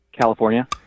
California